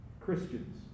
Christians